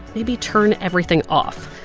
maybe turn everything off.